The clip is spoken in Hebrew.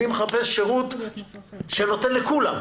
אני מחפש שרות שנותן לכולם.